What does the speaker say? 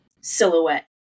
silhouette